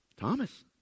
Thomas